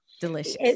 Delicious